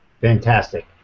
Fantastic